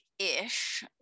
ish